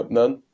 none